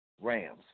Rams